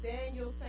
Daniel